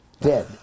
Dead